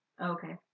Okay